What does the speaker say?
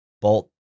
Bolt